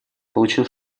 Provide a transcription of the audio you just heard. получил